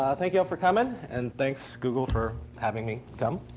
ah thank you all for coming, and thanks, google, for having me come.